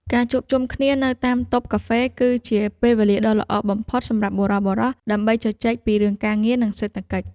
ការជួបជុំគ្នានៅតាមតូបកាហ្វេ គឺជាពេលវេលាដ៏ល្អបំផុតសម្រាប់បុរសៗដើម្បីជជែកពីរឿងការងារនិងសេដ្ឋកិច្ច។